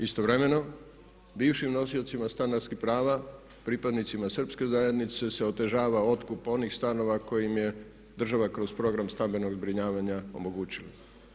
Istovremeno bivšim nosiocima stanarskih prava, pripadnicima srpske zajednice se otežava otkup onih stanova koji im je država kroz program stambenog zbrinjavanja omogućila.